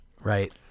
right